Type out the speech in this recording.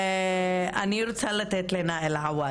אני רוצה לתת לנאילה עואד,